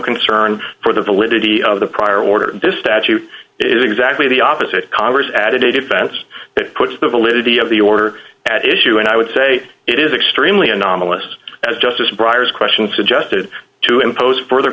concern for the validity of the prior order this statute is exactly the opposite congress added a defense that puts the validity of the order at issue and i would say it is extremely anomalous as justice briar's question suggested to impose further